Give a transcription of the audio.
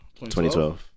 2012